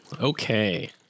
Okay